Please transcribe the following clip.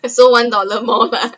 ah so one dollar more ah